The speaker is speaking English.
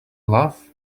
love